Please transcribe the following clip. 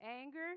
Anger